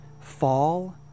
Fall